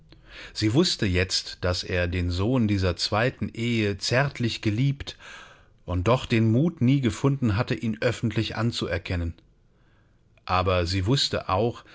sie wußte jetzt daß er den sohn dieser zweiten ehe zärtlich geliebt und doch den mut nicht gefunden hatte ihn öffentlich anzuerkennen aber sie wußte auch